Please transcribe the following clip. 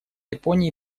японии